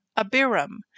Abiram